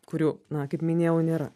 kurių na kaip minėjau nėra